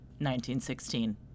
1916